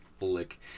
lick